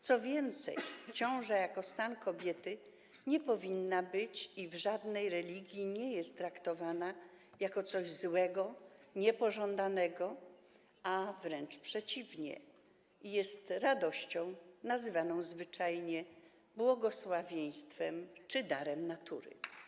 Co więcej, ciąża jako stan kobiety nie powinna być i w żadnej religii nie jest traktowana jako coś złego, niepożądanego, ale wręcz przeciwnie, jest radością nazywaną zwyczajnie błogosławieństwem czy darem natury.